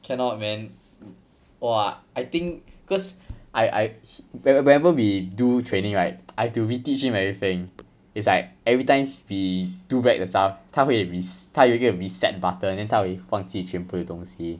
cannot man !wah! I think cause I I when whenever we do training right I have to re-teach him everything it's like every time he do back the stuff 他会 reset 他有一个 reset button then 他会忘记全部的东西